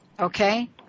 Okay